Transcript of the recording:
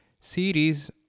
series